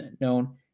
known